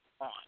on